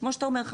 שכמו שאתה אומר,